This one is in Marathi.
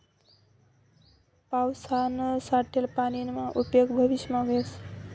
पावसायानं साठेल पानीना उपेग भविष्यमा व्हस